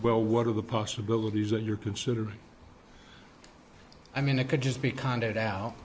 well what are the possibilities that you're considering i mean it could just be kind it